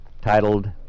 titled